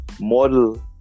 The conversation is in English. model